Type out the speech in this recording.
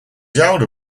elder